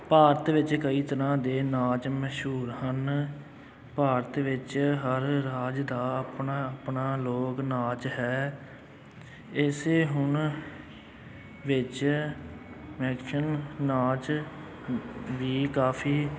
ਭਾਰਤ ਵਿੱਚ ਕਈ ਤਰ੍ਹਾਂ ਦੇ ਨਾਚ ਮਸ਼ਹੂਰ ਹਨ ਭਾਰਤ ਵਿੱਚ ਹਰ ਰਾਜ ਦਾ ਆਪਣਾ ਆਪਣਾ ਲੋਕ ਨਾਚ ਹੈ ਇਸੇ ਹੁਣ ਵਿੱਚ ਨਾਚ ਵੀ ਕਾਫ਼ੀ